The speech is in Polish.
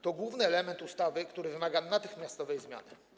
To główny element ustawy, który wymaga natychmiastowej zmiany.